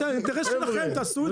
אתם, אינטרס שלכם, תעשו את זה.